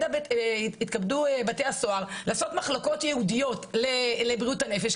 יתכבדו בתי הסוהר לעשות מחלקות ייעודיות לבריאות הנפש,